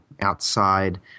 outside